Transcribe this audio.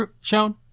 shown